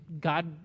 God